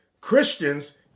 Christians